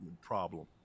problem